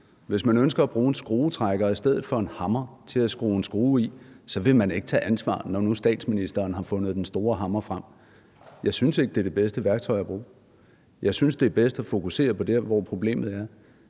hvis man ønsker at bruge en skruetrækker i stedet for en hammer til at skrue med, vil man ikke tage ansvar, når nu statsministeren har fundet den store hammer frem. Jeg synes ikke, det er det bedste værktøj at bruge. Jeg synes, det er bedst at fokusere på der, hvor problemet er.